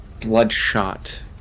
bloodshot